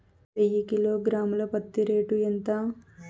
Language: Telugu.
వెయ్యి కిలోగ్రాము ల పత్తి రేటు ఎంత?